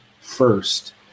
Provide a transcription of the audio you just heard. first